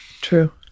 True